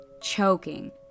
choking